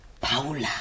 Paula